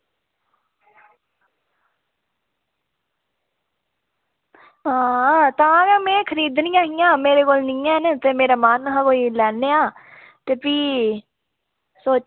आं तां गै में खरीदनियां हियां मेरे कोल निं हैन ते मेरा मन हा की लैने आं ते भी